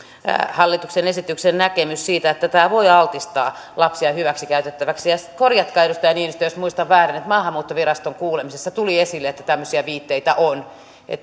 hallituksen esityksen näkemyksen siitä että tämä voi altistaa lapsia hyväksikäytettäviksi ja korjatkaa edustaja niinistö jos muistan väärin että maahanmuuttoviraston kuulemisessa tuli esille että tämmöisiä viitteitä on